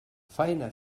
faena